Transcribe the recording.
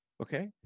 Okay